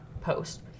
post